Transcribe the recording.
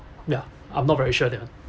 ya I'm not very sure that